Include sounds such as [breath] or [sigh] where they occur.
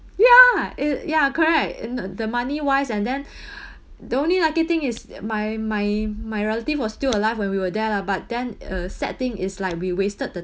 ya uh ya correct in the money-wise and then [breath] the only lucky thing is my my my relative was still alive when we were there lah but then uh sad thing is like we wasted the